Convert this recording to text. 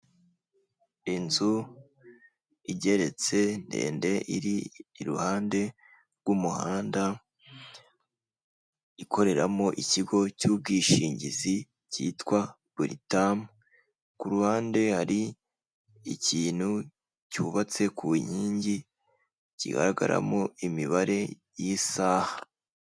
Inzu igeretse ndende iri iruhande rw'umuhanda ikoreramo ikigo cy'ubwishingizi cyitwa buritamu, ku ruhande hari ikintu cyubatse ku nkingi kigaragaramo imibare y'isaha.